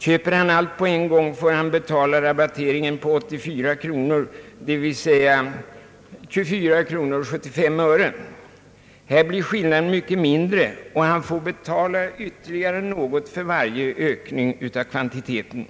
Köper han allt på en gång får han betala rabatteringen på 84 kronor, dvs. 24:75. Här blir skillnaden mellan de båda sätten att göra inköpet mycket mindre, och han får betala ytterligare något för varje ökning av kvantiteten.